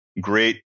great